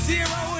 Zero